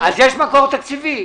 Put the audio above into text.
אז יש מקור תקציבי.